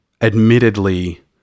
admittedly